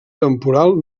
temporal